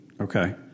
Okay